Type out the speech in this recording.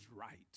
right